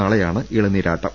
നാളെയാണ് ഇളനീരാട്ടം